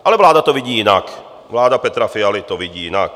Ale vláda to vidí jinak, vláda Petra Fialy to vidí jinak.